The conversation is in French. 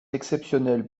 exceptionnel